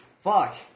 fuck